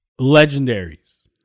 Legendaries